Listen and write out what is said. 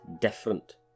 different